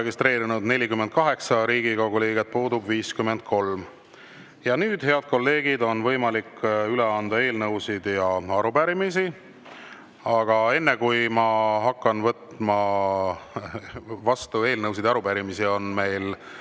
registreerunud 48 Riigikogu liiget, puudub 53. Nüüd, head kolleegid, on võimalik üle anda eelnõusid ja arupärimisi. Aga enne, kui ma hakkan võtma vastu eelnõusid ja arupärimisi, on